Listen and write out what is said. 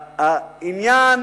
העניין